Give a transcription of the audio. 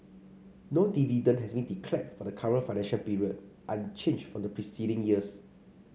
no dividend has been declared for the current financial period unchanged from the preceding years